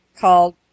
called